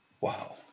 Wow